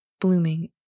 blooming